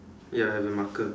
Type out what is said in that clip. ya I have a marker